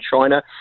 China